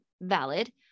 valid